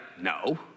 no